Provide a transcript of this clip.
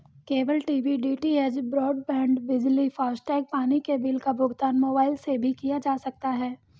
cable TV DTH, broadband, बिजली, FASTag, पानी के बिल का भुगतान मोबाइल से भी किया जा सकता है